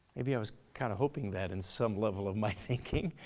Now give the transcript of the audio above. maybe i was kinda hoping that in some level of my thinking.